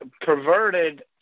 perverted